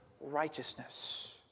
righteousness